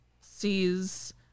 sees